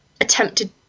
attempted